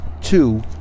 two